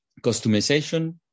customization